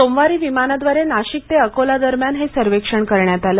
सोमवारी विमानाद्वारे नाशिक ते अकोलादरम्यान हे सर्वेक्षण करण्यात आलं